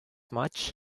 much